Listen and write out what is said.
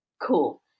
Cool